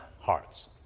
hearts